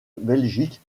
belgique